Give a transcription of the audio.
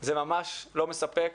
זה ממש לא מספק.